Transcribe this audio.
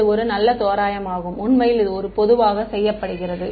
இது ஒரு நல்ல தோராயமாகும் உண்மையில் இது பொதுவாக செய்யப்படுகிறது